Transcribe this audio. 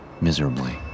miserably